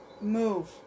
Move